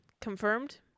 confirmed